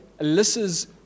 Alyssa's